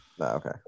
Okay